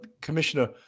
Commissioner